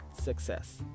success